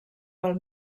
pel